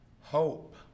hope